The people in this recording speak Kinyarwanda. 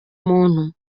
muntu